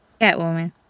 Catwoman